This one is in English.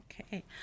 Okay